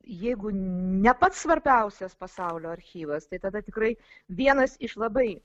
jeigu ne pats svarbiausias pasaulio archyvas tai tada tikrai vienas iš labai